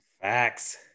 Facts